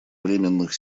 временных